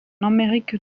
amérique